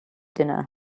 dinner